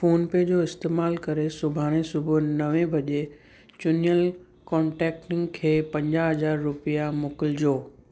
phone पे जो इस्तेमालु करे सुभाणे सुबुह जो नवें बॼे चुनियल कॉन्टेकटनि खे पंजाह हज़ार रुपिया मोकिलिजो